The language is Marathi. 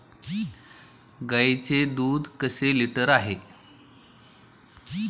गाईचे दूध कसे लिटर आहे?